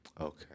Okay